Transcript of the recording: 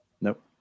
Nope